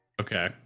Okay